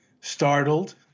startled